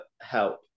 help